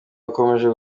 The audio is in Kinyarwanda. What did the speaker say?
bakomeje